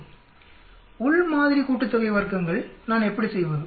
வர்க்க்கங்களின் உள் மாதிரி கூட்டுத்தொகை நான் எப்படி செய்வது